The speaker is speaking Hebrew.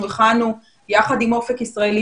אנחנו הכנו יחד עם 'אופק ישראלי',